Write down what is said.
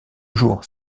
jours